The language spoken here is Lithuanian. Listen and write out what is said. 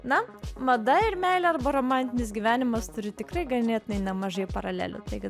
na mada ir meilė arba romantinis gyvenimas turi tikrai ganėtinai nemažai paralelių taigi